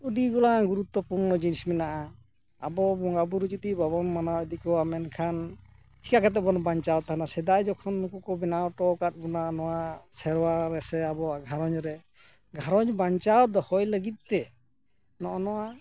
ᱟᱰᱤᱜᱚᱴᱟᱝ ᱜᱩᱨᱩᱛᱛᱚᱯᱩᱨᱱᱚ ᱡᱤᱱᱤᱥ ᱢᱮᱱᱟᱜᱼᱟ ᱟᱵᱚ ᱵᱚᱸᱜᱟ ᱵᱩᱨᱩ ᱡᱩᱫᱤ ᱵᱟᱵᱚᱱ ᱢᱟᱱᱟᱣ ᱤᱫᱤᱠᱚᱣᱟ ᱢᱮᱱᱠᱷᱟᱱ ᱪᱤᱠᱟᱹ ᱠᱟᱛᱮᱵᱚᱱ ᱵᱟᱧᱪᱟᱣ ᱛᱟᱦᱮᱱᱟ ᱥᱮᱫᱟᱭ ᱡᱚᱠᱷᱳᱱ ᱱᱩᱠᱩ ᱠᱚ ᱵᱮᱱᱟᱣ ᱦᱚᱴᱚᱣ ᱠᱟᱫ ᱵᱚᱱᱟ ᱱᱚᱣᱟ ᱥᱮᱨᱣᱟ ᱨᱮᱥᱮ ᱟᱵᱚ ᱜᱷᱟᱨᱚᱸᱧᱡᱽ ᱨᱮ ᱜᱷᱟᱨᱚᱸᱧᱡᱽ ᱵᱟᱧᱪᱟᱣ ᱫᱚᱦᱚᱭ ᱞᱟᱹᱜᱤᱫ ᱛᱮ ᱱᱚᱜᱼᱚ ᱱᱚᱣᱟ